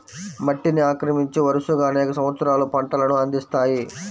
మట్టిని ఆక్రమించి, వరుసగా అనేక సంవత్సరాలు పంటలను అందిస్తాయి